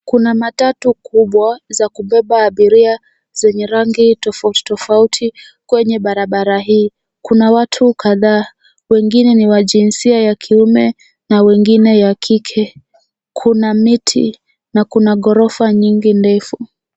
Kuna matatu kubwa, za kubeba abiria zenye rangi tofauti tofauti kwenye barabara hii. Kuna watu kadhaa, wengine ni wa jinsia ya kiume na wengine ya kike. Kuna miti na kuna ghorofa nyingi ndefu.